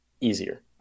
easier